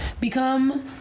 become